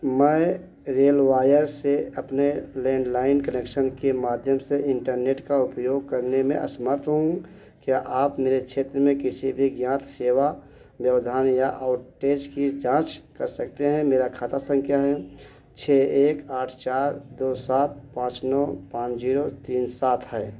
मैं रेलवायर से अपने लैंड्लाइन कनेक्शन के माध्यम से इंटरनेट का उपयोग करने में असमर्थ हूँ क्या आप मेरे क्षेत्र में किसी भी ज्ञात सेवा व्यवधान या की जाँच कर सकते हैं मेरा खाता संख्या हैं छः एक आठ चार दो सात पाँच नौ पाँच जीरो तीन सात है